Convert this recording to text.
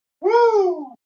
Woo